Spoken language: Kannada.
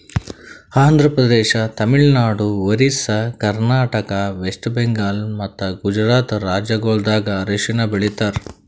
ಆಂಧ್ರ ಪ್ರದೇಶ, ತಮಿಳುನಾಡು, ಒರಿಸ್ಸಾ, ಕರ್ನಾಟಕ, ವೆಸ್ಟ್ ಬೆಂಗಾಲ್ ಮತ್ತ ಗುಜರಾತ್ ರಾಜ್ಯಗೊಳ್ದಾಗ್ ಅರಿಶಿನ ಬೆಳಿತಾರ್